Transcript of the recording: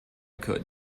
could